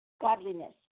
godliness